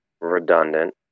Redundant